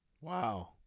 Wow